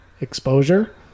exposure